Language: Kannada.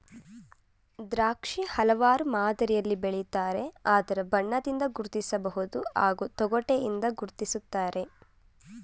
ದ್ರಾಕ್ಷಿ ಹಲವಾರು ಮಾದರಿಲಿ ಬೆಳಿತಾರೆ ಅದರ ಬಣ್ಣದಿಂದ ಗುರ್ತಿಸ್ಬೋದು ಹಾಗೂ ತೊಗಟೆಯಿಂದ ಗುರ್ತಿಸ್ತಾರೆ